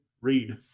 read